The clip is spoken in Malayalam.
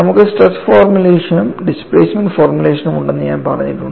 നമുക്ക് സ്ട്രെസ് ഫോർമുലേഷനും ഡിസ്പ്ലേസ്മെന്റ് ഫോർമുലേഷനും ഉണ്ടെന്ന് ഞാൻ പറഞ്ഞിട്ടുണ്ട്